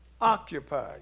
occupy